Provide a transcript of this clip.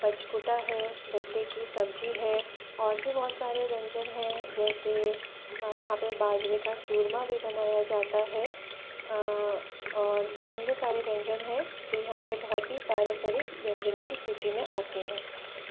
बचकुटा है गट्टे की सब्ज़ी है और भी बहुत सारे व्यंजन हैं जैसे यहाँ पर बाजरे का चूरमा भी बनाया जाता है और और भी अन्य सारे व्यंजन हैं जो यहाँ पर बहुत ही पारम्परिक व्यंजनों की सूची में आते हैं